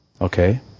Okay